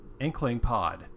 Inklingpod